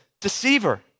deceiver